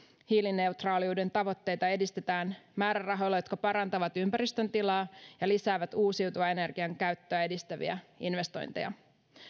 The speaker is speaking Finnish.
hiilineutraaliuden tavoitteita edistetään määrärahoilla jotka parantavat ympäristön tilaa ja lisäävät uusiutuvan energian käyttöä edistäviä investointeja